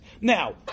Now